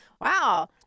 Wow